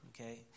okay